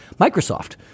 Microsoft